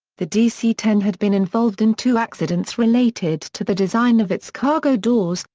the dc ten had been involved in two accidents related to the design of its cargo doors,